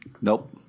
nope